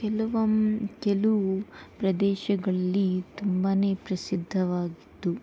ಕೆಲವೊಂ ಕೆಲವು ಪ್ರದೇಶಗಳಲ್ಲಿ ತುಂಬಾ ಪ್ರಸಿದ್ಧವಾಗಿತ್ತು